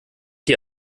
die